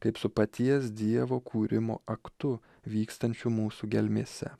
kaip su paties dievo kūrimo aktu vykstančių mūsų gelmėse